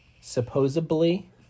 supposedly